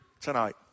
tonight